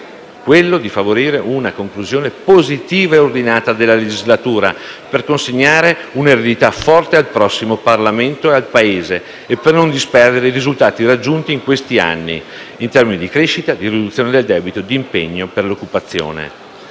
quello di favorire una conclusione positiva e ordinata della legislatura, per consegnare un'eredità forte al prossimo Parlamento e al Paese e non disperdere i risultati raggiunti in questi anni in termini di crescita, riduzione del debito e impegno per l'occupazione.